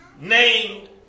named